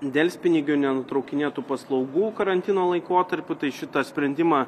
delspinigių nenutraukinėtų paslaugų karantino laikotarpiu tai šitą sprendimą